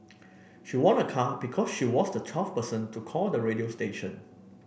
she won a car because she was the twelfth person to call the radio station